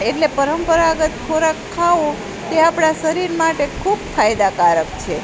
એટલે પરંપરાગત ખોરાક ખાવો તે આપણાં શરીર માટે ખૂબ ફાયદાકારક છે